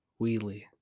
wheelie